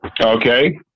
Okay